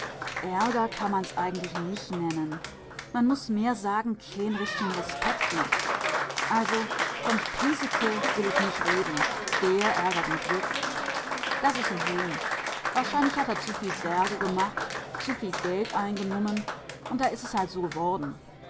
kann man's eigentlich nich nennen man muß mehr sagen keen richtigen respekt nich also vom piesecke will ich nich reden der ärgert mich wirklich das is n huhn wahrscheinlich hat a zuviel särge gemacht zuviel geld eingenummen und da is es halt su geworden